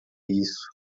isso